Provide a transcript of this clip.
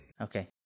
Okay